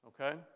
okay